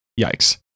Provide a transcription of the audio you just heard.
yikes